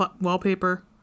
wallpaper